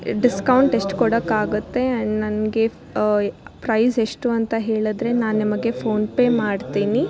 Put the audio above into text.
discount ಎಷ್ಟು ಕೊಡಕ್ಕಾಗುತ್ತೆ and ನನಗೆ ಪ್ರೈಸ್ ಎಷ್ಟು ಅಂತ ಹೇಳಿದ್ರೆ ನಾ ನಿಮಗೆ ಫೋನ್ ಪೇ ಮಾಡ್ತೀನಿ